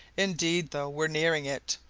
indeed, though we're nearing it,